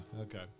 Okay